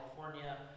California